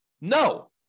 No